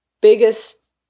biggest